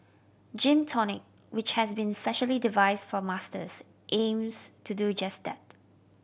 Gym Tonic which has been specially devise for Masters aims to do just that